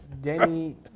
Danny